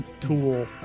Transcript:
tool